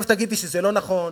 עכשיו תגידי שזה לא נכון.